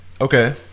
Okay